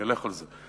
נלך על זה.